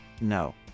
no